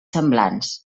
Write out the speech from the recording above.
semblants